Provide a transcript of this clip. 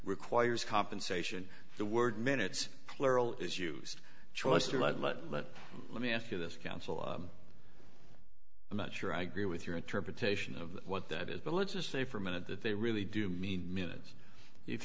requires compensation the word minutes plural is used choicer let let let let me ask you this counsel i'm not sure i agree with your interpretation of what that is but let's just say for a minute that they really do mean minutes if